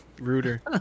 ruder